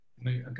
Okay